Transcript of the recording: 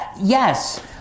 Yes